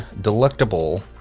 delectable